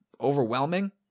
overwhelming